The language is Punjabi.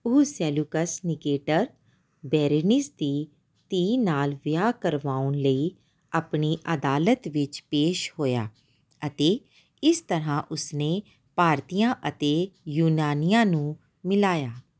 ਉਹ ਸੈਲੂਕਸ ਨਿਕੇਟਰ ਬੇਰੇਨਿਸ ਦੀ ਧੀ ਨਾਲ ਵਿਆਹ ਕਰਵਾਉਣ ਲਈ ਆਪਣੀ ਅਦਾਲਤ ਵਿੱਚ ਪੇਸ਼ ਹੋਇਆ ਅਤੇ ਇਸ ਤਰ੍ਹਾਂ ਉਸਨੇ ਭਾਰਤੀਆਂ ਅਤੇ ਯੂਨਾਨੀਆਂ ਨੂੰ ਮਿਲਾਇਆ